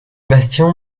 bastion